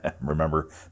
Remember